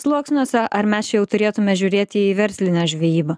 sluoksniuose ar mes čia jau turėtume žiūrėti į verslinę žvejybą